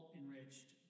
enriched